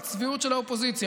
לצביעות של האופוזיציה.